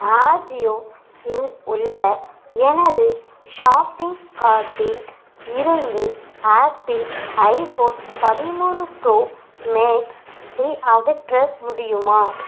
அஜியோ இல் உள்ள எனது ஷாப்பிங் கார்ட்டில் இருந்து ஆப்பிள் ஐஃபோன் பதிமூணு ப்ரோ மேக்ஸ் ஐ அகற்ற முடியுமா